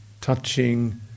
touching